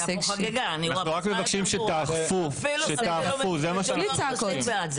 רק מבקשים שתאכפו את החוק.